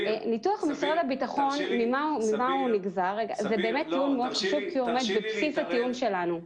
ממה נגזר ניתוח משרד הביטחון?